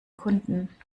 kunden